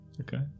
Okay